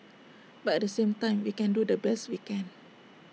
but at the same time we can do the best we can